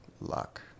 luck